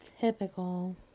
Typical